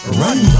run